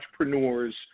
entrepreneurs